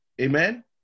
Amen